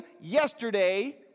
yesterday